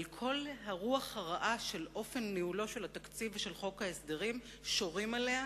אבל כל הרוח הרעה של אופן ניהולו של התקציב ושל חוק ההסדרים שורים עליה,